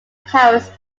powers